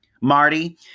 Marty